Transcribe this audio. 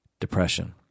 depression